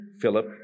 Philip